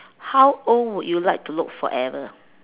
how old would you like to look forever